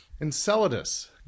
Enceladus